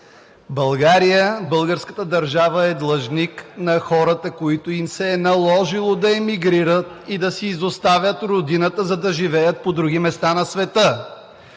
България, българската държава е длъжник на хората, на които им се е наложило да емигрират и да си изоставят родината, за да живеят по други места на света.